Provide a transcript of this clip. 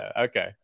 okay